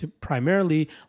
primarily